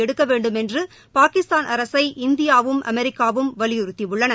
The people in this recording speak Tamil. எடுக்க வேண்டும் என்று பாகிஸ்தான் அரசை இந்தியாவும் அமெரிக்காவும் வலியறுத்தியுள்ளன